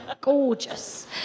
gorgeous